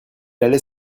allait